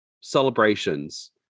celebrations